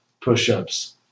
push-ups